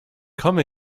komme